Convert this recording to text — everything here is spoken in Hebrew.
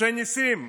משה נסים,